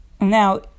Now